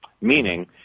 meaning